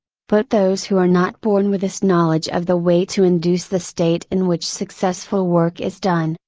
but those who are not born with this knowledge of the way to induce the state in which successful work is done,